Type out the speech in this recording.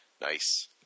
Nice